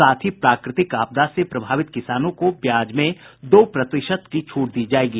साथ ही प्राकृतिक आपदा से प्रभावित किसानों को ब्याज में दो प्रतिशत की छूट दी जायेगी